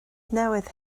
newydd